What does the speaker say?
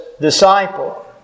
disciple